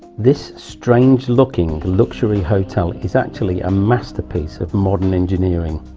this strange looking luxury hotel is actually a masterpiece of modern engineering.